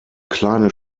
kleine